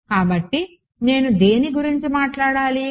కాబట్టి నేను దేని గురించి మాట్లాడాలి